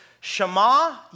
Shema